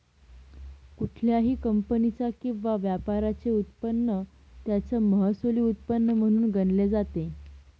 कुठल्याही कंपनीचा किंवा व्यापाराचे उत्पन्न त्याचं महसुली उत्पन्न म्हणून गणले जाते